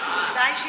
הודעה אישית.